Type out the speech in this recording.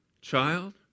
Child